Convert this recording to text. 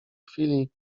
chwili